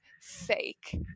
Fake